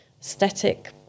aesthetic